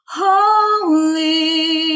holy